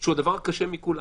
שהוא הדבר הקשה מכולם: